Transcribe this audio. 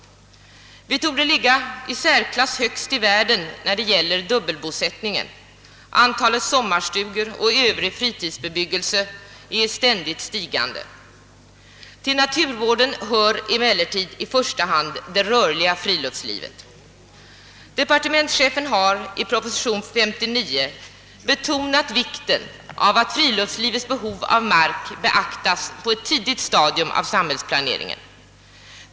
Vi torde ligga i särklass högst i världen när det gäller dubbelbosättning. Antalet sommarstugor och övrig fritidsbebyggelse är ständigt stigande. Till naturvården hör emellertid i första hand det rörliga friluftslivet. Departementschefen har i proposition nr 59 betonat vikten av att friluftslivets behov av mark beaktas på ett tidigt stadium av samhällsplaneringen.